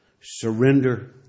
surrender